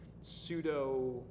pseudo